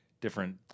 different